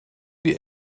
die